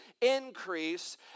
increase